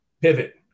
Pivot